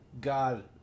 God